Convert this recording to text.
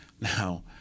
Now